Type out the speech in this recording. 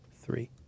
three